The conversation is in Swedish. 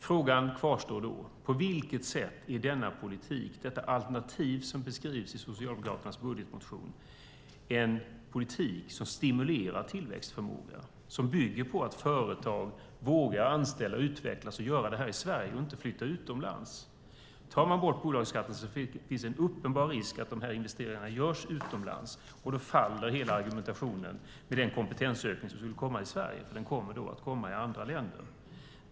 Frågan kvarstår: På vilket sätt är det alternativ som beskrivs i Socialdemokraternas budgetmotion en politik som stimulerar tillväxtförmågan, som bygger på att företag vågar anställa och utvecklas i Sverige och inte flyttar utomlands? Om man tar bort bolagsskatten finns en uppenbar risk att investeringarna görs utomlands. Då faller hela argumentationen om den kompetensökning som ska komma i Sverige. Den kommer i stället i andra länder.